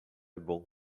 bom